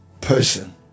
person